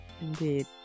Indeed